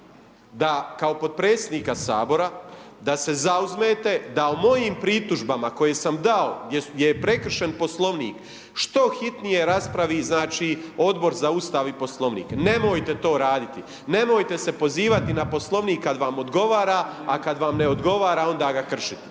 da kao podpredsjednika sabora, da se zauzmete da o mojim pritužbama koje sam dao gdje je prekršen Poslovnik što hitnije raspravi Odbor za Ustav i Poslovnik, nemojte to raditi, nemojte se pozivati na Poslovnik kad vam odgovara, a kad vam ne odgovara onda ga kršiti.